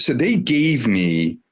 so they gave me.